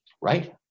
right